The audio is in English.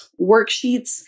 worksheets